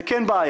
זה כן בעיה,